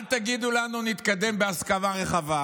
אל תגידו לנו: נתקדם בהסכמה רחבה.